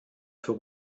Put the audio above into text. für